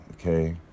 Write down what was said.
okay